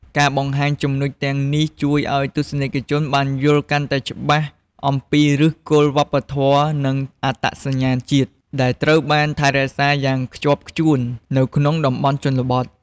ការបង្ហាញពីចំណុចទាំងនេះ ជួយឱ្យទស្សនិកជនបានយល់កាន់តែច្បាស់អំពី ឫសគល់វប្បធម៌ និងអត្តសញ្ញាណជាតិ ដែលត្រូវបានថែរក្សាយ៉ាងខ្ជាប់ខ្ជួននៅក្នុងតំបន់ជនបទ។